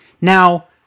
Now